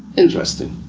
interesting.